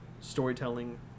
storytelling